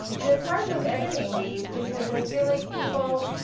and it's hard with editing these because i feel like people,